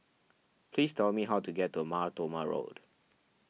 please tell me how to get to Mar Thoma Road